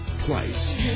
twice